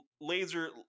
laser